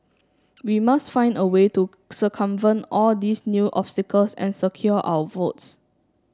we must find a way to circumvent all these new obstacles and secure our votes